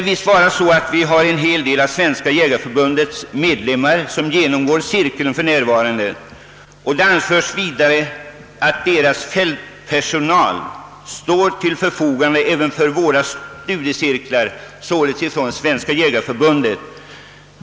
Även en hel del av Svenska jägareförbundets medlemmar lär för närvarande delta i studiecirkeln. Det har också anförts att Svenska jägareförbundets fältpersonal står till förfogande som föreläsare vid våra studiecirklar.